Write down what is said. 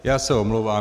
Já se omlouvám.